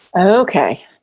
Okay